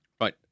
Right